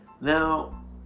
Now